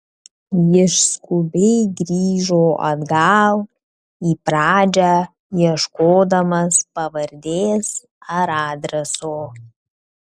jis skubiai grįžo atgal į pradžią ieškodamas pavardės ar adreso